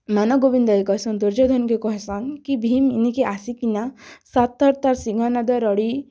ମାନଗୋବିନ୍ଦକେ କହେସନ୍ ଦୁର୍ଯ୍ୟୋଧନକେ କହେସନ୍ କି ଭୀମ୍ ଇନ୍କେ ଆସିକିନା ସାତ୍ ଥର୍ ତା'ର୍ ସିଂହନାଦ ରଡ଼ି